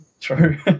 True